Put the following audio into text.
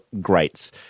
greats